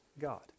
God